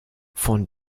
von